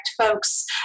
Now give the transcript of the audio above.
folks